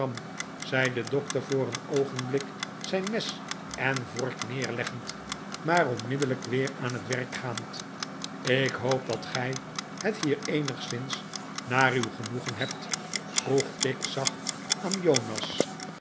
zei de dokter voor een oogenblik zijn mes en vork neerleggend maar onmiddellijk weer aan het werk gaand ik hoop dat gij het hier eenigszins naar uw genoegen hebt vroeg tigg zacht aan jonas